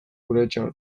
guretzat